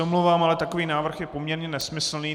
Omlouvám se, ale takovýto návrh je poměrně nesmyslný.